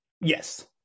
Yes